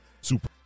Super